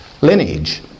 lineage